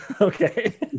okay